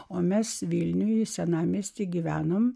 o mes vilniuje senamiestyje gyvenome